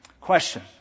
Question